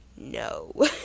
no